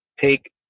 Take